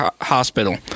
hospital